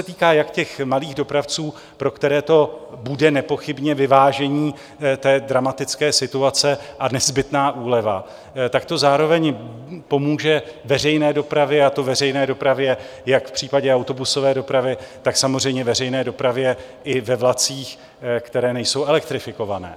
A to se týká jak těch malých dopravců, pro které to bude nepochybně vyvážení té dramatické situace a nezbytná úleva, tak to zároveň pomůže veřejné dopravě, a to veřejné dopravě jak v případě autobusové dopravy, tak samozřejmě veřejné dopravě i ve vlacích, které nejsou elektrifikované.